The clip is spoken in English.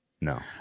No